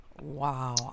Wow